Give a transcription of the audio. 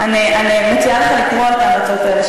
אני מציעה לך לקרוא את ההמלצות האלה,